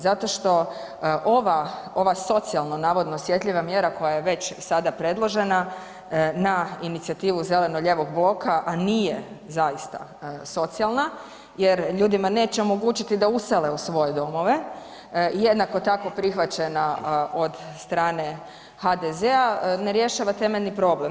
Zato što ova socijalno navodno osjetljiva mjera koja je već sada predložena na inicijativu zeleno-lijevog bloka, a nije zaista socijalna jer ljudima neće omogućiti da usele u svoje domove jednako tako prihvaćena od strane HDZ-a ne rješava temeljni problem.